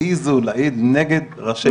העזו להעיד נגד ראשי ישיבות.